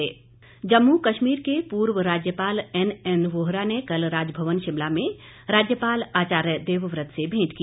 भेंट जम्मू कश्मीर के पूर्व राज्यपाल एनएन वोहरा ने कल राजभवन शिमला में राज्यपाल आचार्य देवव्रत से भेंट की